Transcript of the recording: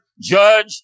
judge